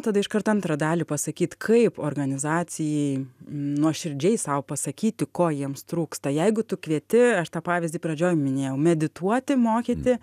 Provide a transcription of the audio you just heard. tada iškart antrą dalį pasakyt kaip organizacijai nuoširdžiai sau pasakyti ko jiems trūksta jeigu tu kvieti aš tą pavyzdį pradžioj minėjau medituoti mokyti